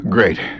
Great